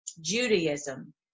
Judaism